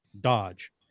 Dodge